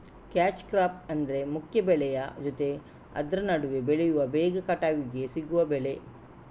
catch crop ಅಂದ್ರೆ ಮುಖ್ಯ ಬೆಳೆಯ ಜೊತೆ ಆದ್ರ ನಡುವೆ ಬೆಳೆಯುವ ಬೇಗ ಕಟಾವಿಗೆ ಸಿಗುವ ಬೆಳೆ